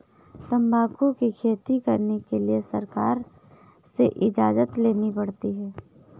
तंबाकू की खेती करने के लिए सरकार से इजाजत लेनी पड़ती है